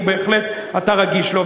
אתה רגיש לו,